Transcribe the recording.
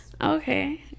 okay